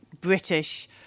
British